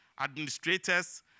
administrators